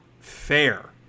fair